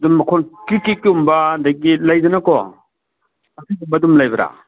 ꯑꯗꯨꯝ ꯃꯈꯣꯟ ꯀ꯭ꯔꯤꯛ ꯀ꯭ꯔꯤꯛ ꯀꯨꯝꯕ ꯑꯗꯒꯤ ꯂꯩꯗꯅꯀꯣ ꯑꯁꯤꯒꯨꯝꯕ ꯑꯗꯨꯝ ꯂꯩꯕꯔꯥ